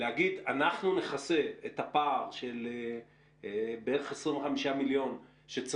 לומר שאנחנו נכסה את הפער של בערך 25 מיליון שקלים